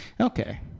Okay